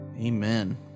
Amen